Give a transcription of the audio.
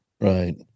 Right